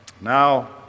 Now